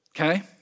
Okay